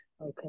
okay